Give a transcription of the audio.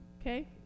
Okay